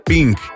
Pink